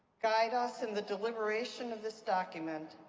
guide us in the deliberation of this document,